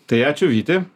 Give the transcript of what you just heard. tai ačiū vyti